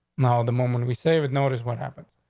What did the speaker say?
now the moment we say would know what is what happens.